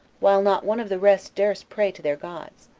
while not one of the rest durst pray to their gods.